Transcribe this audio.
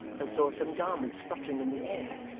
and saw some garments fluttering in the air,